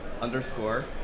underscore